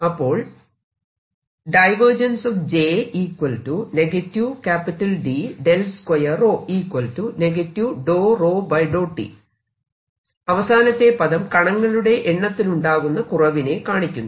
അപ്പോൾ അവസാനത്തെ പദം കണങ്ങളുടെ എണ്ണത്തിലുണ്ടാകുന്ന കുറവിനെ കാണിക്കുന്നു